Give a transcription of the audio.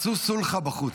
הערבית,